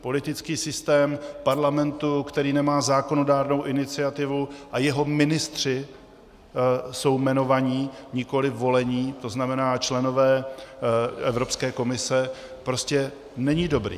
Politický systém parlamentu, který nemá zákonodárnou iniciativu a jeho ministři jsou jmenovaní, nikoli volení, to znamená členové Evropské komise, prostě není dobrý.